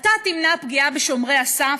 אתה תמנע פגיעה בשומרי הסף?